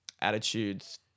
attitudes